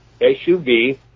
SUV